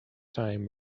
time